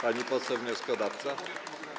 Pani poseł wnioskodawca.